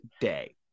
Day